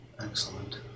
Excellent